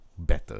Better